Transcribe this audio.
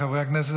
חברי הכנסת,